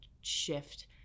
shift